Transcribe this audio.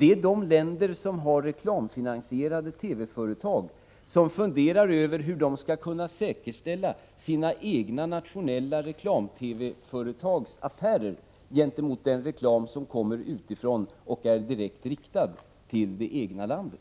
i de länder där man har reklamfinansierade TV-företag. Där funderar man över hur man skall kunna säkerställa sina egna nationella reklam-TV-företags affärer gentemot den reklam som kommer utifrån och är direkt riktad till det egna landet.